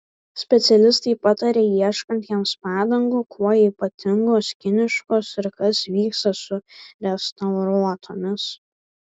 specialistai pataria ieškantiems padangų kuo ypatingos kiniškos ir kas vyksta su restauruotomis